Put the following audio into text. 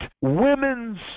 women's